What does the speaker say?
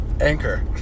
Anchor